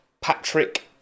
Patrick